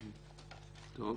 טוב.